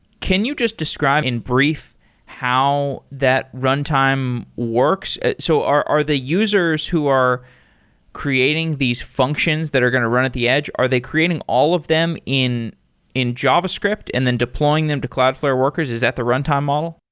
can you just describe in brief how that runtime works. so are are the users who are creating these functions that are going to run at the edge, are they creating all of them in in javascript and then deploying them to cloudflare workers. is that the runtime model?